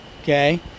okay